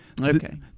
Okay